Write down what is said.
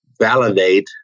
validate